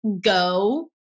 go